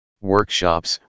workshops